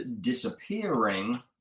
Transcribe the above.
disappearing